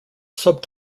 sub